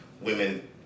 Women